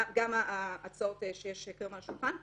גם ההצעות שיש כיום על השולחן.